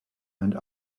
and